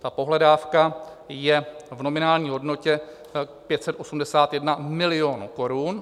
Ta pohledávka je v nominální hodnotě 581 milionů korun.